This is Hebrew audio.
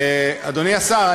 אדוני השר,